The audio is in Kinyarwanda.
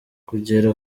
kugera